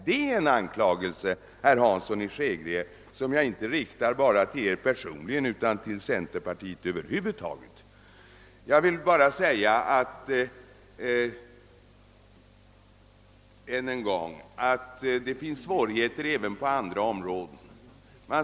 Det är en anklagelse, herr Hansson i Sekgrie, som jag inte riktar bara mot Er personligen utan mot centerpartiet över huvud taget. Jag vill bara än en gång framhålla att det finns svårigheter även på andra områden.